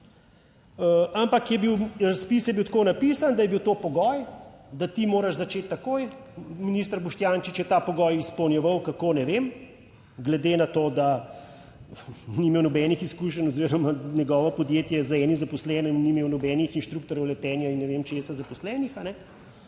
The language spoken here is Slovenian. Ampak je bil razpis tako napisan, da je bil to pogoj, da ti moraš začeti takoj, minister Boštjančič je ta pogoj izpolnjeval, kako, ne vem, glede na to, da ni imel nobenih izkušenj oziroma njegovo podjetje z enim zaposlenim ni imel nobenih inštruktorjev letenja in ne vem česa zaposlenih,